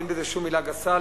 ואין בזה שום מלה גסה.